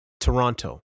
Toronto